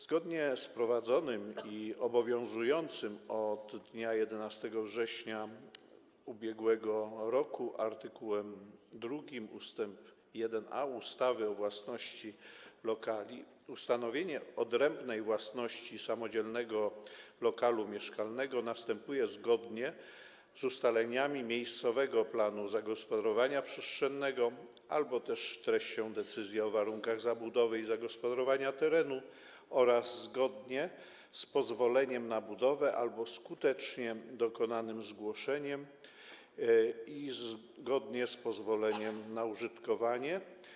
Zgodnie z obowiązującym od dnia 11 września ub.r. art. 2 ust. 1a ustawy o własności lokali ustanowienie odrębnej własności samodzielnego lokalu mieszkalnego następuje zgodnie z ustaleniami miejscowego planu zagospodarowania przestrzennego albo też treścią decyzji o warunkach zabudowy i zagospodarowania terenu oraz zgodnie z pozwoleniem na budowę albo skutecznie dokonanym zgłoszeniem, i zgodnie z pozwoleniem na użytkowanie.